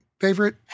Favorite